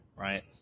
right